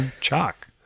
chalk